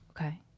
Okay